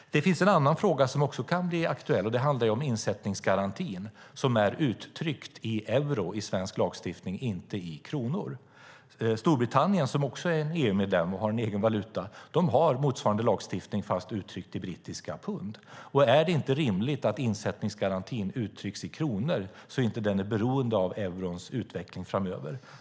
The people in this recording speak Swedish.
Det finns en annan fråga som kan bli aktuell. Det handlar om insättningsgarantin, som är uttryckt i euro i svensk lagstiftning, inte i kronor. Storbritannien, som också är EU-medlem och har en egen valuta, har motsvarande lagstiftning fast uttryckt i brittiska pund. Är det inte rimligt att insättningsgarantin uttrycks i kronor så att den inte blir beroende av eurons utveckling framöver?